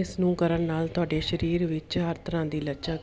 ਇਸ ਨੂੰ ਕਰਨ ਨਾਲ ਤੁਹਾਡੇ ਸਰੀਰ ਵਿੱਚ ਹਰ ਤਰ੍ਹਾਂ ਦੀ ਲਚਕ